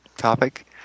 topic